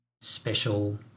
Special